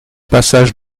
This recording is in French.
passage